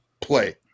play